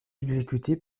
exécuté